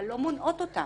אבל לא מונעות אותם,